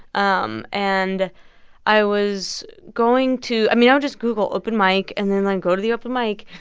um and i was going to i mean, i would just google open mic and then, like, go to the open mic,